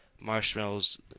marshmallows